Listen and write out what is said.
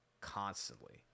constantly